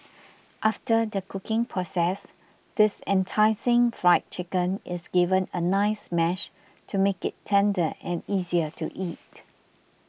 after the cooking process this enticing Fried Chicken is given a nice mash to make it tender and easier to eat